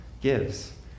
gives